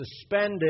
suspended